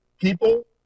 people